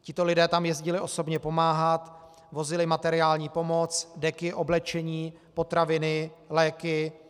Tito lidé tam jezdili osobně pomáhat, vozili materiální pomoc, deky, oblečení, potraviny, léky.